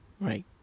right